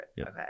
Okay